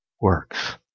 works